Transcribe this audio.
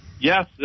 Yes